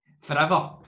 forever